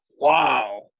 Wow